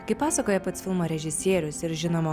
kaip pasakoja pats filmo režisierius ir žinoma